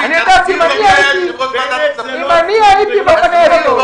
אני יודע שאם אני הייתי בכנסת,